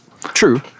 true